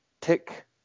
tick